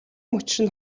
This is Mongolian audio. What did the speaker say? мөчир